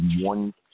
one